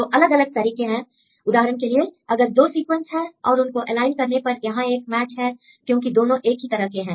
तो अलग अलग तरीके हैं उदाहरण के लिए अगर दो सीक्वेंस हैं और उनको एलाइन करने पर यहां एक मैच है क्योंकि दोनों एक ही तरह के हैं